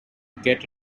get